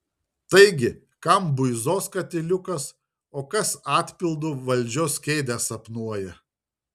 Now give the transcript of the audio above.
taigi kam buizos katiliukas o kas atpildu valdžios kėdę sapnuoja